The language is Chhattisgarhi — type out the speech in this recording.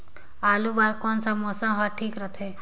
आलू बार कौन सा मौसम ह ठीक रथे?